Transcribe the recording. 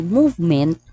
movement